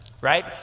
right